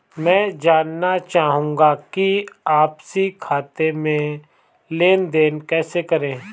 मैं जानना चाहूँगा कि आपसी खाते में लेनदेन कैसे करें?